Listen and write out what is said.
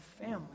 family